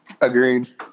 Agreed